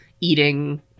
eating